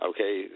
Okay